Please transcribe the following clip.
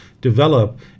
develop